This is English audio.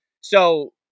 So-